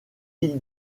îles